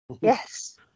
Yes